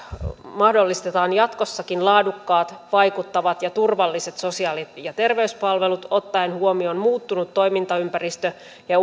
mahdollistetaan jatkossakin laadukkaat vaikuttavat ja turvalliset sosiaali ja terveyspalvelut ottaen huomioon muuttunut toimintaympäristö ja